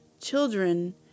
children